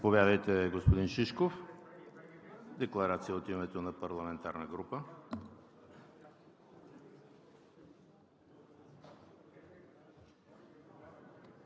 Заповядайте, господин Шишков – декларация от името на парламентарна група.